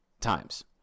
times